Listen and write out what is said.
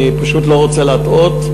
אני פשוט לא רוצה להטעות,